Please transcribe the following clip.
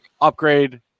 upgrade